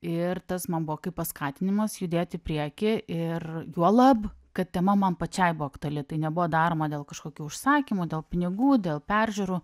ir tas man buvo kaip paskatinimas judėt į priekį ir juolab kad tema man pačiai buvo aktuali tai nebuvo daroma dėl kažkokių užsakymų dėl pinigų dėl peržiūrų